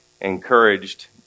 encouraged